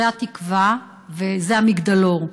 זה התקווה וזה המגדלור.